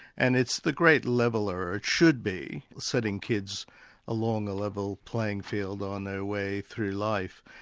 and it's the great leveller. it should be setting kids along a level playing field on their way through life,